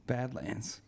Badlands